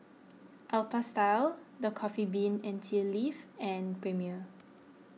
Alpha Style the Coffee Bean and Tea Leaf and Premier